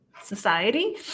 society